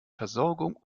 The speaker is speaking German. versorgung